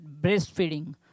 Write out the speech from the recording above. breastfeeding